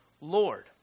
Lord